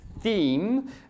theme